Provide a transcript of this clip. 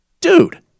Dude